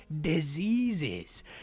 diseases